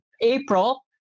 April